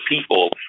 people